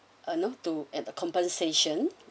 uh know to compensation